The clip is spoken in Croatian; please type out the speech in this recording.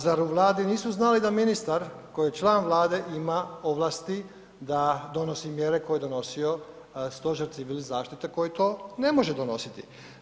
Zar u Vladi nisu znali da ministar koji je član Vlade ima ovlasti da donosi mjere koje je donosio Stožer civilne zaštite koji to ne može donositi?